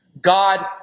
God